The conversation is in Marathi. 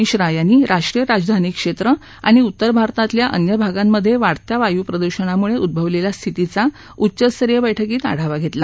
मिश्रा यांनी राष्ट्रीय राजधानी क्षेत्र आणि उत्तर भारतातील अन्य भागांमधे वाढत्या वायू प्रदुषणामुळे उद्भवलेल्या स्थितीचा उच्च स्तरीय बैठकीत आढावा घेतला